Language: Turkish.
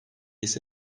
ise